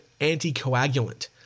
anticoagulant